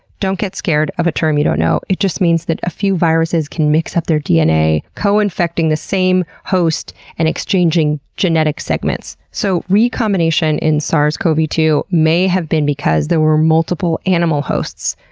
don't get scared of a term you don't know. it just means that a few viruses can mix up their dna, co infecting the same host and exchanging genetic segments. so recombination in sars cov two may have been because there were multiple animal hosts,